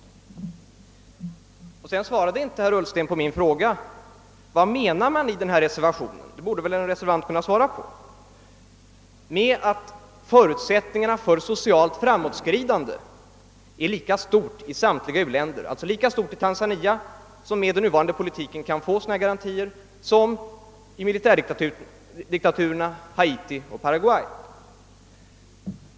Herr Ullsten svarade inte på min fråga om vad reservanterna menar med att förutsättningarna för socialt framåtskridande är lika stora i samtliga uländer, alltså lika stort i Tanzania — som med den nuvarande politiken kan få sådana garantier — som i militärdiktaturerna Haiti och Paraguay. Det borde väl en reservant kunna svara på.